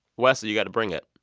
wes, you've got to bring it